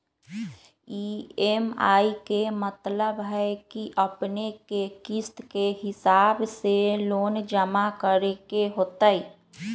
EMI के मतलब है कि अपने के किस्त के हिसाब से लोन जमा करे के होतेई?